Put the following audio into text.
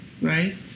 Right